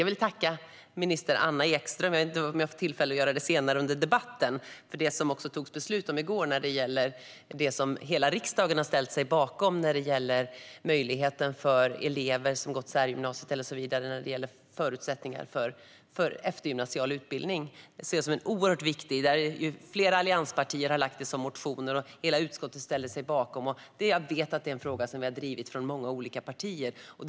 Jag vet inte om jag får tillfälle att göra det senare under debatten, men jag vill tacka minister Anna Ekström för det som togs beslut om i går när det gäller det som hela riksdagen har ställt sig bakom i fråga om möjligheten till eftergymnasial utbildning för elever som gått särgymnasium eller liknande. Detta ser jag som oerhört viktigt. Flera allianspartier har motionerat om det, och hela utskottet ställde sig bakom det. Jag vet att det här är en fråga som många olika partier har drivit.